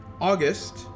August